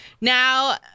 now